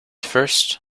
first